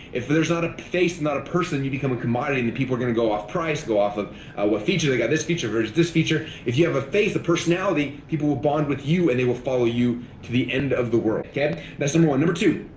if there's not a face, not a person you become a commodity and the people are gonna go off price, go off of what feature they got, this feature versus this feature. if you have a face, a personality, people will bond with you and they will follow you to the end of the world. that's number one. number two.